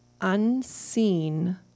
unseen